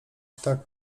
tak